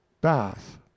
Bath